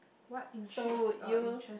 so would you